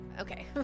Okay